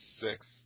six